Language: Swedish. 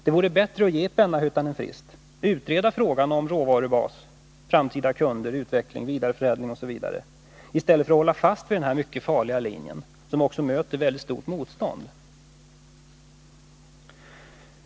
Det vore bättre att ge Spännarhyttan en frist och utreda frågan om råvarubas, framtida kunder, utveckling, vidareförädling osv. i stället för att hålla fast vid den här mycket farliga linjen, som också möter väldigt stort motstånd.